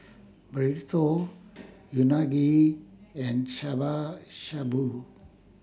Burrito Unagi and Shabu Shabu